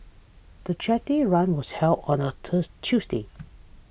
the charity run was held on a thirst Tuesday